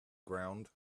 ground